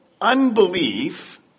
unbelief